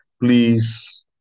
please